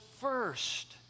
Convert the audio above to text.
first